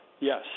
Yes